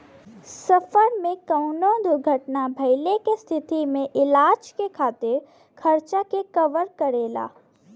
सफर में कउनो दुर्घटना भइले के स्थिति में इलाज के खातिर खर्चा के कवर करेला